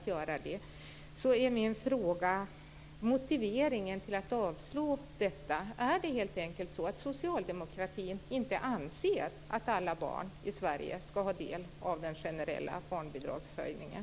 Vilken är motiveringen till att avslå detta? Är det helt enkelt så att socialdemokratin inte anser att alla barn i Sverige ska ha del av den generella barnbidragshöjningen?